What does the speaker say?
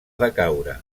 decaure